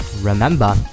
remember